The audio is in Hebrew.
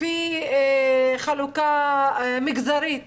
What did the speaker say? לחל"ת, לפי חלוקה מגזרית